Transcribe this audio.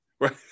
Right